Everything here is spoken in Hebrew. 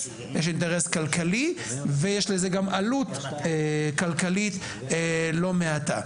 כלכלי ויש לזה גם עלות כלכלית לא מעטה.